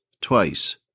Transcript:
twice